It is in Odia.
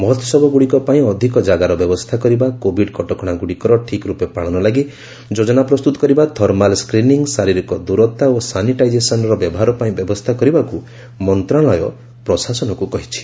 ମହୋହବ ଗୁଡ଼ିକ ପାଇଁ ଅଧିକ ଯାଗାର ବ୍ୟବସ୍ଥା କରିବା କୋବିଡ୍ କଟକଣା ଗୁଡ଼ିକର ଠିକ୍ ରୂପେ ପାଳନ ଲାଗି ଯୋଜନା ପ୍ରସ୍ତୁତ କରିବା ଥର୍ମାଲ୍ ସ୍କ୍ରିନିଂ ଶାରୀରିକ ଦୂରତା ଓ ସାନିଟାଇଜେସନ୍ର ବ୍ୟବହାର ପାଇଁ ବ୍ୟବସ୍ଥା କରିବାକୁ ମନ୍ତ୍ରଣାଳୟ ପ୍ରଶାସନକୁ କହିଛି